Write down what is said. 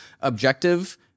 objective